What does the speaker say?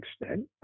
extent